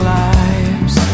lives